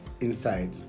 inside